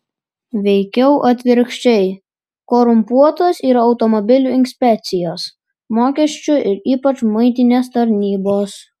veikiau atvirkščiai korumpuotos yra automobilių inspekcijos mokesčių ir ypač muitinės tarnybos